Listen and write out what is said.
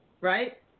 Right